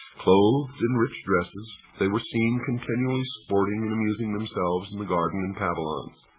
clothed in rich dresses, they were seen continually sporting and amusing themselves in the garden and pavilions,